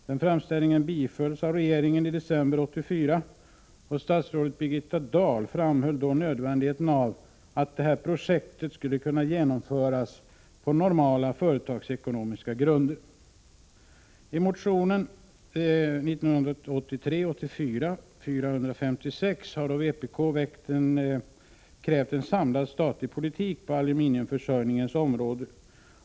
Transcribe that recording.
Regeringen biföll denna framställning i december 1984. Statsrådet Birgitta Dahl framhöll därvid nödvändigheten av att projektet skulle kunna genomföras på normala företagsekonomiska grunder. I motion 1983/84:456 har vpk krävt en samlad statlig politik på aluminiumförsörjningens område.